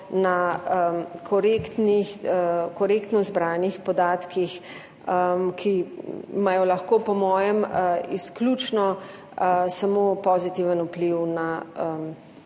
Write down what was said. korektno zbranih podatkih, ki imajo lahko po mojem izključno samo pozitiven vpliv na